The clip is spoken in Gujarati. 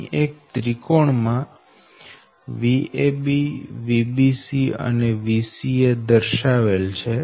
અહીં એક ત્રિકોણ માં Vab Vbc અને Vca દર્શાવેલ છે